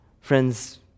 Friends